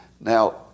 Now